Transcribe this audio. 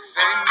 Say